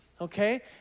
okay